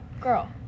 girl